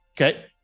Okay